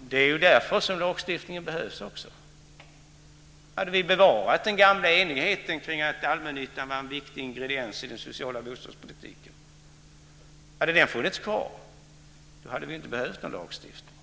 Det är också därför som lagstiftningen behövs. Hade vi bevarat den gamla enigheten kring att allmännyttan var en viktig ingrediens i den sociala bostadspolitiken, hade vi inte behövt någon lagstiftning.